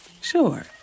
Sure